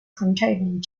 containing